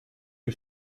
que